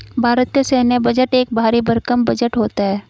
भारत का सैन्य बजट एक भरी भरकम बजट होता है